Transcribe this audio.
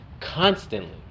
constantly